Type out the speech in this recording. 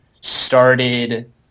started